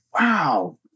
wow